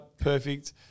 perfect